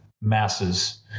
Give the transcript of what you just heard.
masses